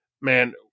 Man